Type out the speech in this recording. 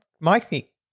Mike